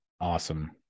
Awesome